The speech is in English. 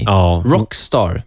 Rockstar